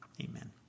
amen